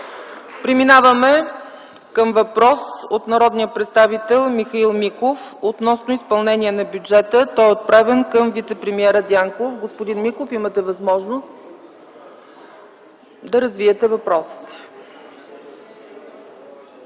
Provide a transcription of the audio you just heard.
Преминаваме към въпрос от народния представител Михаил Миков относно изпълнение на бюджета. Въпросът е отправен към вицепремиера Дянков. Господин Миков, имате възможност да развиете въпроса